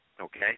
okay